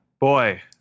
boy